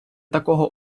такого